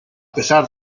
pesar